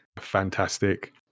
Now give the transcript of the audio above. fantastic